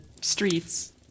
streets